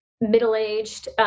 middle-aged